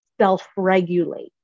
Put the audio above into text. self-regulate